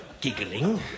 giggling